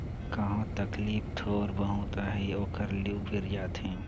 कहो तकलीफ थोर बहुत अहे ओकर ले उबेर जाथे